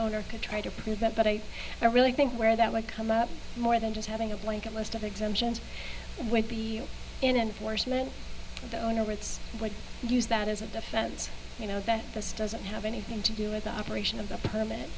owner could try to prove that but i don't really think where that would come up more than just having a blanket list of exemptions would be an enforcement of the owner it's what used that as a defense you know that this doesn't have anything to do with the operation of the permit